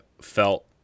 felt